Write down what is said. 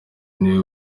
niwe